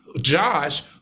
Josh